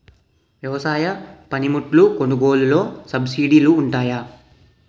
వ్యవసాయ పనిముట్లు కొనుగోలు లొ సబ్సిడీ లు వుంటాయా?